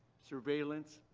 surveillance,